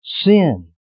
sin